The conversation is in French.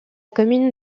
commune